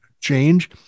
change